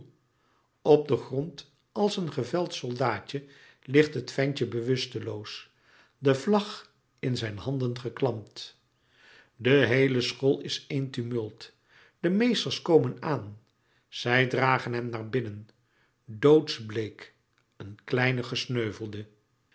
op den grond als een geveld soldaatje ligt het ventje bewusteloos de vlag in zijn handen geklampt de heele school is éen tumult de meesters komen aan zij dragen hem naar binnen doodsbleek een kleine gesneuvelde